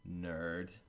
Nerd